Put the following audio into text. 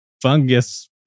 fungus